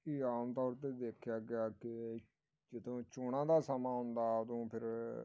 ਇਹ ਆਮ ਤੌਰ 'ਤੇ ਦੇਖਿਆ ਗਿਆ ਕਿ ਜਦੋਂ ਚੋਣਾਂ ਦਾ ਸਮਾਂ ਆਉਂਦਾ ਉਦੋਂ ਫਿਰ